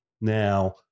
now